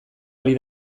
ari